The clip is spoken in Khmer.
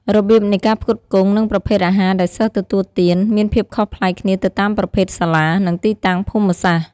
របៀបនៃការផ្គត់ផ្គង់ និងប្រភេទអាហារដែលសិស្សទទួលទាន មានភាពខុសប្លែកគ្នាទៅតាមប្រភេទសាលា និងទីតាំងភូមិសាស្ត្រ។